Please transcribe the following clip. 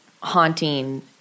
haunting